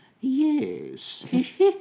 Yes